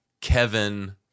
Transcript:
Kevin